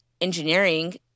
engineering